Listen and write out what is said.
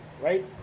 Right